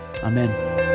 Amen